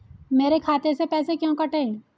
मेरे खाते से पैसे क्यों कटे?